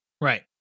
Right